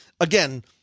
Again